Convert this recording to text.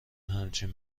همچین